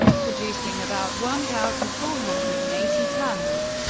producing about one thousand four hundred and eighty tonnes.